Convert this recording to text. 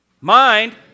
Mind